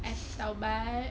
as taubat